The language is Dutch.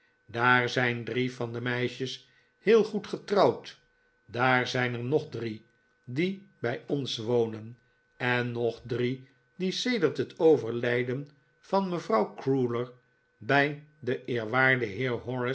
daar zijn drie van de meisjes heel goed getrouwd daar zijn er nog drie die bij ons wonen en nog drie die sedert het overlijden van me vrouw crewler bij den eerwaarden